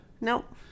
Nope